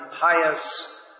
pious